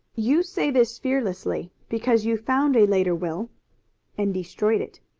you say this fearlessly because you found a later will and destroyed it.